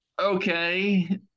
Okay